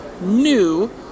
new